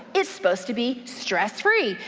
it's supposed to be stress free.